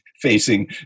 facing